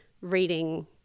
reading